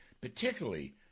particularly